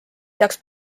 saaks